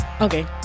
Okay